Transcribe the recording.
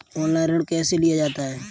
Online ऋण कैसे लिया जाता है?